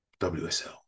wsl